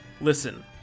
Listen